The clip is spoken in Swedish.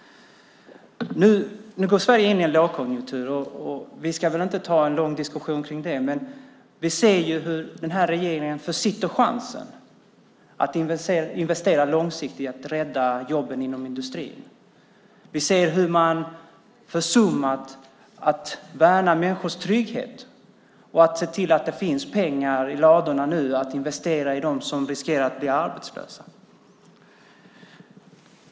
Nu går Sverige in i en lågkonjunktur. Vi ska väl inte ta en lång diskussion om det, men vi ser nu hur den här regeringen försitter chansen att investera långsiktigt och rädda jobben i industrin. Vi ser hur man har försummat att värna människors trygghet och att se till att det nu finns pengar i ladorna för att investera i dem som riskerar att bli arbetslösa.